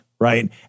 Right